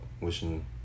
wishing